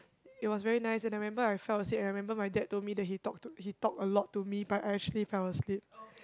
it was very nice and I remember I fell asleep and I remember my dad told me that he talk to he talked a lot to me but I actually fell asleep